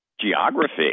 Geography